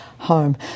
home